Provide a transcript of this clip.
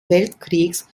weltkriegs